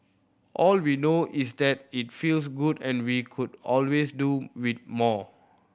all we know is that it feels good and we could always do with more